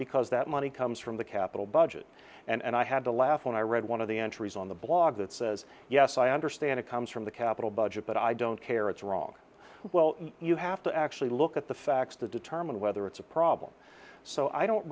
because that money comes from the capital budget and i had to laugh when i read one of the entries on the blog that says yes i understand it comes from the capital budget but i don't care it's wrong well you have to actually look at the facts to determine whether it's a problem so i don't